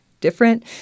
different